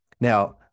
Now